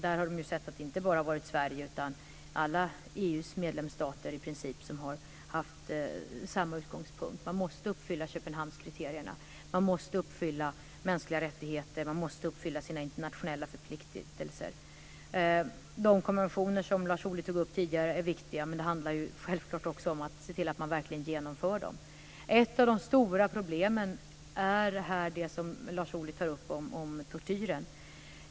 Där har de sett att det inte bara har varit Sverige utan i princip alla EU:s medlemsstater som har haft samma utgångspunkt. Turkiet måste uppfylla Köpenhamnskriterierna. Turkiet måste uppfylla krav på mänskliga rättigheter och internationella förpliktelser. De konventioner som Lars Ohly tog upp tidigare är viktiga, men det handlar självklart också om att se till att verkligen genomföra dem. Ett av de stora problemen är här det som Lars Ohly tar upp, nämligen tortyren.